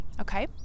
Okay